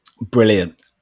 Brilliant